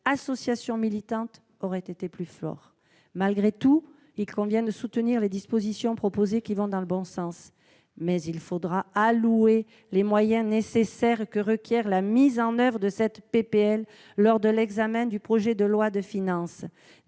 associations militantes aurait été plus fort. Malgré tout, il convient de soutenir les dispositions proposées, car elles vont dans le bon sens, mais il faudra prévoir les moyens que requiert la mise en oeuvre de cette proposition de loi lors de l'examen du projet de loi de finances.